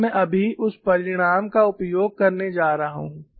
और मैं अभी उस परिणाम का उपयोग करने जा रहा हूं